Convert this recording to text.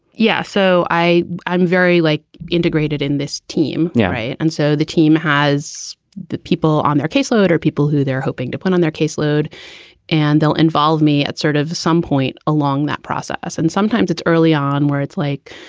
yeah. so i i'm very like integrated in this team. yeah, right. and so the team has the people on their caseload are people who they're hoping to put on their caseload and they'll involve me at sort of some point along that process. and sometimes it's early on where it's like,